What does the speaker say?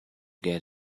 get